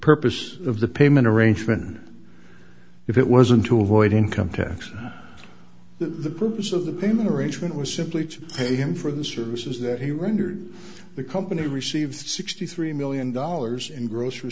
purpose of the payment arrangement if it wasn't to avoid income tax the purpose of the payment arrangement was simply to pay him for the services that he rendered the company received sixty three million dollars in gro